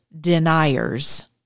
deniers